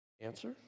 Answer